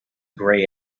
grey